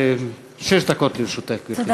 שש דקות לרשותך, גברתי.